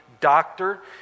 doctor